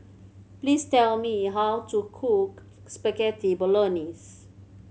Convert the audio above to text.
please tell me how to cook Spaghetti Bolognese